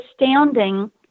astounding